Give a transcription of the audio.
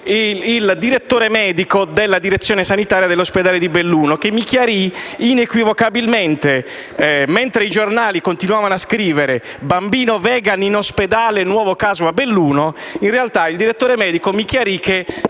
il direttore medico della direzione sanitaria dell'ospedale di Belluno, che chiarì in maniera inequivocabile la questione. Mentre i giornali continuavano a scrivere «Bambino vegan in ospedale: nuovo caso a Belluno», in realtà il direttore medico mi chiarì che